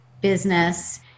business